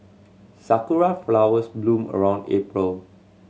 sakura flowers bloom around April